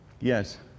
Yes